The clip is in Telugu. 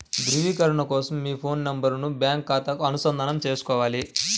ధ్రువీకరణ కోసం మీ ఫోన్ నెంబరును బ్యాంకు ఖాతాకు అనుసంధానం చేసుకోవాలి